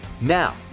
Now